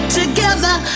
together